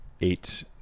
eight